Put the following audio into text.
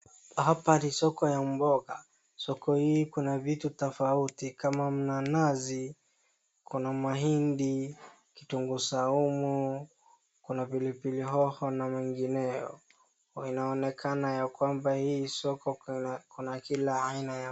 Hapa ni soko ya mboga, somo hii kuna vitu tofauti kama mnanazi, kuna mahindi, kitunguu saumu, kuna pilipili hoho na mengineyo. Inaonekana ya kwamba hii soko kuna kila aina ya...